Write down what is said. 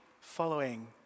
following